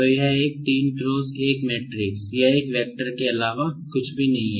तो यह एक 3 × 1 मैट्रिक्स या एक वेक्टर के अलावा कुछ भी नहीं है